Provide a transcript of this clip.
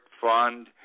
Fund